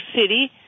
City